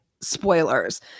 spoilers